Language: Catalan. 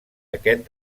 aquest